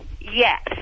Yes